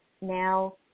now